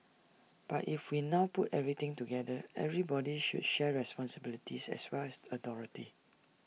but if we now put everything together everybody should share responsibilities as well as authority